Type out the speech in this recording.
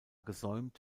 gesäumt